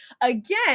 again